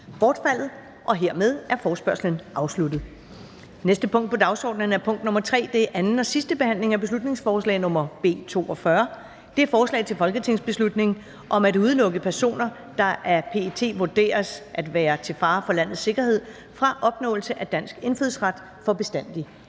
bortfaldet. Hermed er forespørgslen afsluttet. --- Det næste punkt på dagsordenen er: 3) 2. (sidste) behandling af beslutningsforslag nr. B 42: Forslag til folketingsbeslutning om at udelukke personer, der af PET vurderes at være til fare for landets sikkerhed, fra opnåelse af dansk indfødsret for bestandig.